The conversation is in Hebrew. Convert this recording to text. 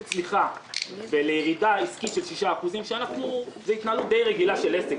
צמיחה ובין ירידה עסקית של 6% זה התנהלות די רגילה של עסק,